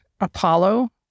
Apollo